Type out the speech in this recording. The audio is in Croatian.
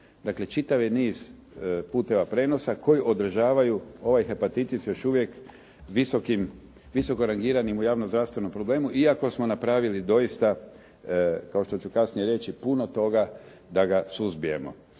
Dakle, čitav je niz puteva prijenosa koji održavaju ovaj hepatitis još uvijek visoko rangiranim u javnozdravstvenom problemu, iako smo napravili doista, kao što ću kasnije reći, puno toga da ga suzbijemo.